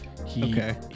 Okay